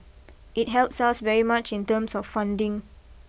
it helps us very much in terms of funding